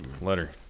Letter